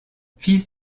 fils